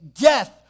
death